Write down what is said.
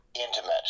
intimate